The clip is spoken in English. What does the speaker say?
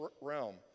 realm